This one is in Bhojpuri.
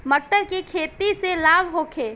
मटर के खेती से लाभ होखे?